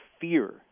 fear